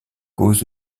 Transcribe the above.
cause